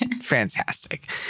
fantastic